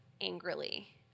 angrily